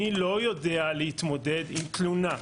אני לא יודע להתמודד עם תלונה.